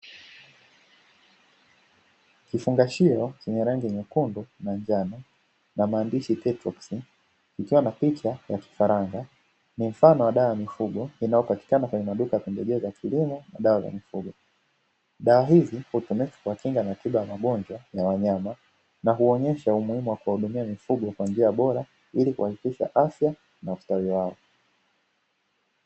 Kifungashio chenye rangi nyekundu na njano, na maandishi "petroksi", ikiwa na picha ya kifaranga, ni mfano wa dawa ya mifugo inayopatikana kwenye maduka ya pembejeo za kilimo na dawa za mifugo, dawa hizi hutumika kuwakinga na tiba ya magonjwa ya wanyama, na huonyesha umuhimu wa kuwahudumia mifugo kwa njia bora ili kuhakikisha afya na ustawi wao.